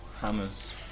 hammers